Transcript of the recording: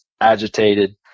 agitated